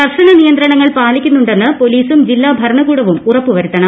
കർശന നിയന്ത്രണങ്ങൾ പ്പാലിക്കുന്നുണ്ടെന്ന് പൊലീസും ജില്ലാ ഭരണകൂടവും ഉറപ്പുവരുത്തണം